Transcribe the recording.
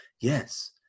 Yes